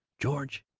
george,